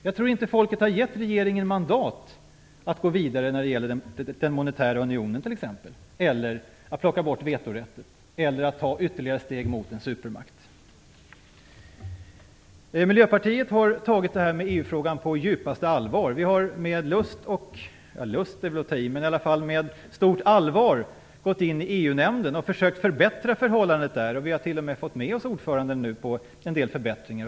Jag tror inte att folket har gett regeringen mandat att gå vidare när det gäller t.ex. den monetära unionen, att plocka bort vetorätten eller att ta ytterligare steg mot en supermakt. Miljöpartiet har tagit EU-frågan på djupaste allvar. Vi har med lust - det kanske var att ta i - men i alla fall med stort allvar gått in i EU-nämnden och försökt förbättra förhållandena där. Vi har t.o.m. fått med oss ordföranden på en del förbättringar.